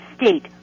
state